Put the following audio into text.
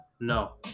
No